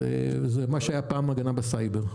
זה מה שהיה פעם הגנה בסייבר.